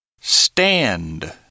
Stand